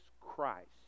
Christ